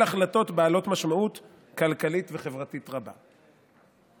החלטות בעלות משמעות כלכלית וחברתית רבה".